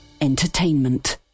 Entertainment